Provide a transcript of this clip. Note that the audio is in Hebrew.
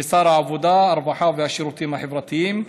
משר העבודה, הרווחה והשירותים החברתיים.